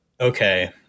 Okay